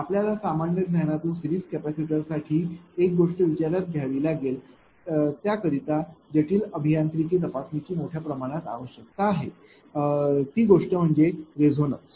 आपल्याला सामान्य ज्ञानातून सिरीज कॅपेसिटरसाठी एक गोष्ट विचारात घ्यावी लागेल त्याकरिता जटिल अभियांत्रिकी तपासणीची मोठ्या प्रमाणात आवश्यकता आहे ती गोष्ट म्हणजे रेझोनन्स